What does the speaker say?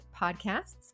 podcasts